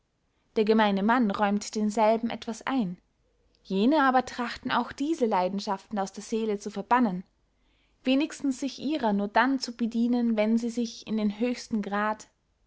der gemeine mann räumt denselben etwas ein jene aber trachten auch diese leidenschaften aus der seele zu verbannen wenigstens sich ihrer nur dann zu bedienen wenn sie sich in den höchsten grad